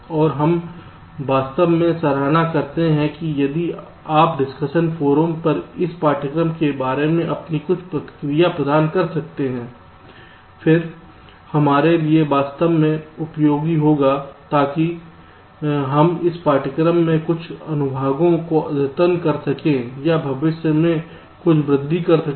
और हम वास्तव में सराहना करते हैं यदि आप डिस्कशन फोरम पर इस पाठ्यक्रम के बारे में अपनी कुछ प्रतिक्रिया प्रदान कर सकते हैं जो हमारे लिए वास्तव में उपयोगी होगा ताकि हम इस पाठ्यक्रम के कुछ अनुभागों को अद्यतन कर सकें या भविष्य में कुछ वृद्धि कर सकें